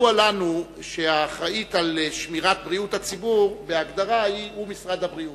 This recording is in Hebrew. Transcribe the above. ידוע לנו שהאחראי לשמירת בריאות הציבור בהגדרה הוא משרד הבריאות.